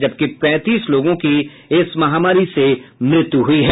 जबकि पैंतीस लोगों की इस महामारी से मौत हुई है